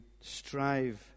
strive